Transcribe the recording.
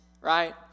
right